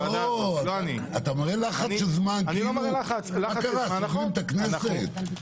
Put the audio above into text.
סוגרים את הכנסת?